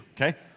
Okay